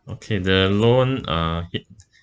okay the loan uh